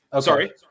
Sorry